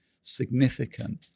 significant